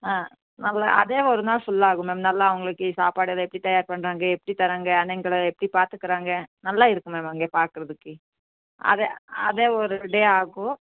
ஆ நல்லா அதே ஒரு நாள் ஃபுல்லாகும் மேம் நல்லா அவங்களுக்கு சாப்பாடு எப்படி தயார் பண்ணுறாங்க எப்படி தர்றாங்க யானைங்கள எப்படி பாத்துக்கிறாங்க நல்லா இருக்கும் மேம் அங்கே பாக்குறதுக்கே அது அது ஒரு டே ஆகும்